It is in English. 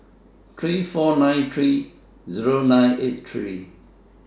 three four nine three nine eight three